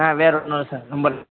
ஆ வேறு நோ ரொம்ப நன்றி சார்